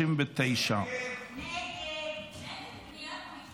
39. הסתייגות 39 לא נתקבלה.